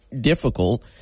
difficult